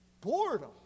boredom